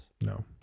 No